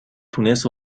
تونست